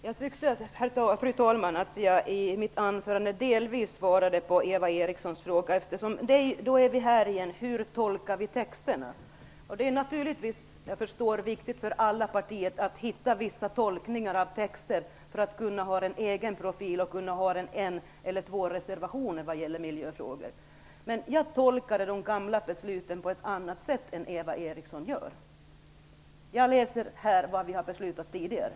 Fru talman! Jag tyckte att jag i mitt anförande delvis svarade på Eva Erikssons fråga. Då är vi där igen: Hur tolkar vi texterna? Jag förstår naturligtvis att det är viktigt för alla partier att hitta vissa tolkningar av texter för att kunna ha en egen profil och ha en eller två reservationer vad gäller miljöfrågor. Men jag tolkar de gamla besluten på ett annat sätt än vad Eva Eriksson gör. Jag läser här vad vi har beslutat tidigare.